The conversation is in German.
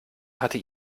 hatte